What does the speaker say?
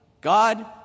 God